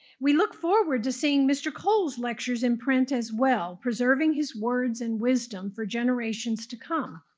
we look forward to seeing mr. cole's lectures in print as well, preserving his words and wisdom for generations to come.